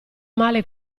male